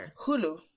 Hulu